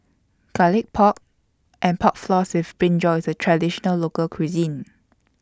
Garlic Pork and Pork Floss with Brinjal IS A Traditional Local Cuisine